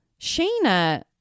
Shayna